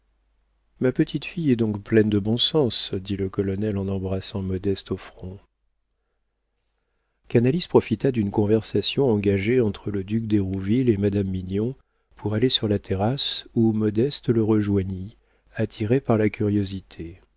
ma petite fille est donc pleine de bon sens dit le colonel en embrassant modeste au front canalis profita d'une conversation engagée entre le duc d'hérouville et madame mignon pour aller sur la terrasse où modeste le rejoignit attirée par la curiosité